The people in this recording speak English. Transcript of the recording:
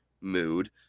mood